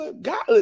God